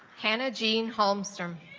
hannah jean holmstrom